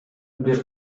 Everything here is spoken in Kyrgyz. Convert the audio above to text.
бир